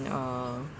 uh